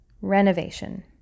renovation